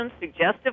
suggestive